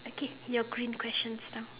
okay your green questions now